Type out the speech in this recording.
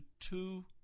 two